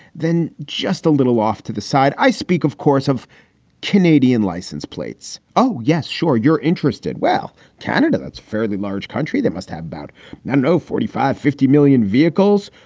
than just a little off to the side. i speak, of course, of canadian license plates. oh, yes, sure. you're interested. well, canada, that's fairly large country. that must have about and a. forty five, fifty million vehicles.